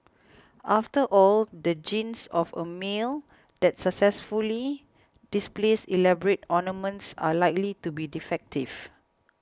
after all the genes of a male that successfully displays elaborate ornaments are likely to be defective